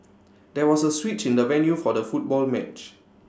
there was A switch in the venue for the football match